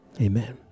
Amen